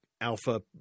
alpha